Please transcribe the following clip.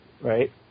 right